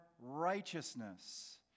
righteousness